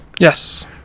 yes